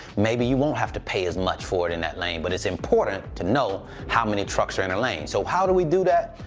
maybe you won't have to pay as much for it in that lane, but it's important to know how many trucks are in a lane. so how do we do that?